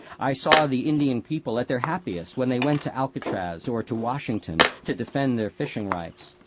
i saw the indian people at their happiest when they went to alcatraz or to washington to defend their fishing rights.